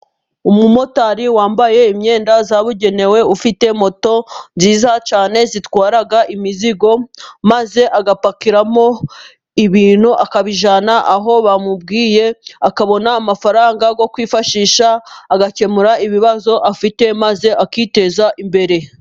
Umumotari wambaye imyenda yabugenewe, ufite moto nziza cyane itwara imizigo, maze agapakiramo ibintu akabijyana aho bamubwiye, akabona amafaranga yo kwifashisha agakemura ibibazo afite maze akiteza imbere.